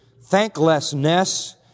thanklessness